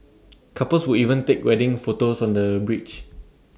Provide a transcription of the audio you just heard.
couples would even take wedding photos on the bridge